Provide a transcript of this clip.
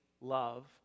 love